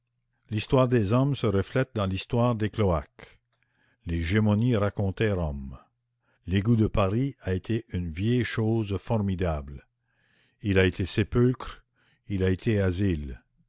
l'histoire des hommes se reflète dans l'histoire des cloaques les gémonies racontaient rome l'égout de paris a été une vieille chose formidable il a été sépulcre il a été asile